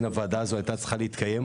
הוועדה הזאת הייתה צריכה להתקיים,